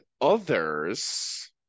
others